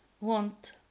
want